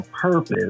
purpose